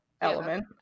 element